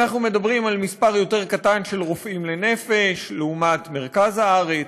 אנחנו מדברים על מספר יותר קטן של רופאים לנפש לעומת מרכז הארץ,